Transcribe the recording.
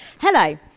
hello